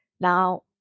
Now